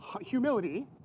humility